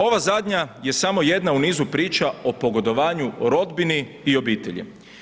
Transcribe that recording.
Ova zadnja je samo jedna u nizu priča o pogodovanju, o rodbini i o obitelji.